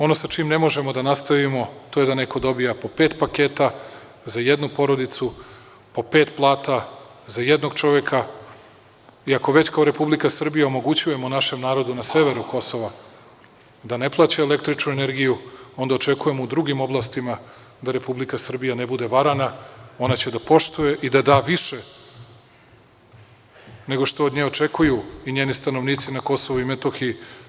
Ono sa čime ne možemo da nastavimo, to je da neko dobija po pet paketa za jednu porodicu, po pet plata za jednog čoveka, i ako već kao Republika Srbija omogućujemo našem narodu na severu Kosova da ne plaćaju električnu energiju, onda očekujemo u drugim oblastima da Republika Srbija ne bude varana, ona će da poštuje i da da više nego što od nje očekuju i njeni stanovnici na Kosovu i Metohiji.